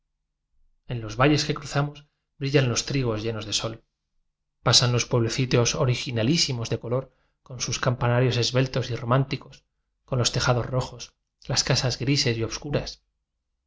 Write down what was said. en los valles que cruzamos brillan los trigos llenos de sol pasan los pueblecitos originalísimos de color con sus campana rios esbeltos y románticos con los tejados rojos las casas grises y obscuras